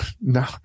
no